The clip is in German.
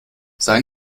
sei